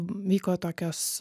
vyko tokios